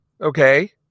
okay